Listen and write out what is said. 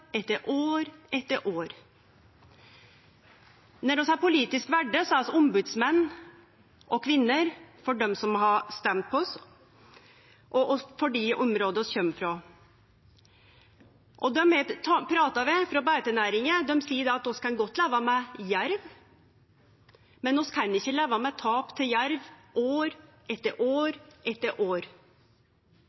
etter år etter år. Når vi er politisk valde, er vi ombodsmenn og -kvinner for dei som har stemt på oss, og for dei områda vi kjem frå. Dei eg pratar med frå beitenæringa, seier at dei godt kan leve med jerv, men ikkje med tap til jerv år etter år etter år.